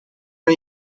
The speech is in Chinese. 身影